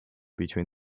between